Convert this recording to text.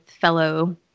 fellow